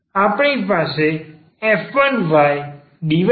આપણી પાસે f1dydxf2 છે